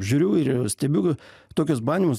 žiūriu ir stebiu tokius bandymus